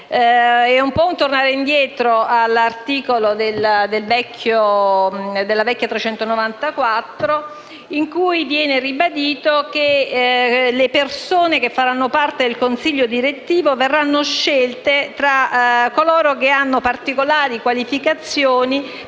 un po' un tornare indietro, al dettato della vecchia legge n. 394 del 1991, in cui viene ribadito che le persone che faranno parte del consiglio direttivo verranno scelte tra coloro che hanno particolari qualificazioni